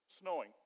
snowing